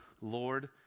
Lord